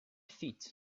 feet